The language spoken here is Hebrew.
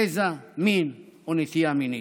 גזע, מין או נטייה מינית.